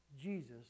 Jesus